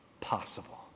possible